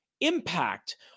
impact